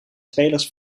spelers